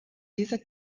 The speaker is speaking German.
dieser